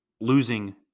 losing